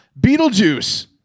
Beetlejuice